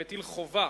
המטיל חובה